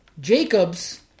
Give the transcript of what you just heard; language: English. Jacobs